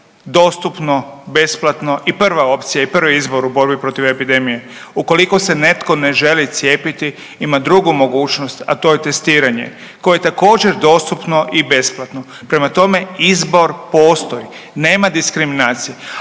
dostupno, besplatno i prva opcija i prvi izbor u borbi protiv epidemije. Ukoliko se netko ne želi cijepiti ima drugu mogućnost, a to je testiranje koje je također dostupno i besplatno. Prema tome, izbor postoji nema diskriminacije.